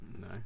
No